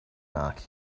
mark